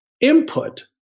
input